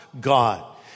God